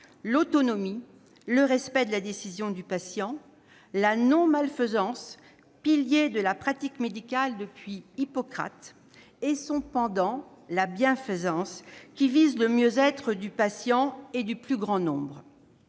patient et le respect de sa décision ; ensuite, la non-malfaisance, pilier de la pratique médicale depuis Hippocrate, et son pendant, la bienfaisance, qui vise le mieux-être du patient et du plus grand nombre